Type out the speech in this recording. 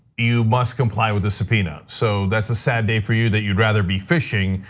you must comply with the subpoena. so, that's a sad day for you that you would rather be fishing,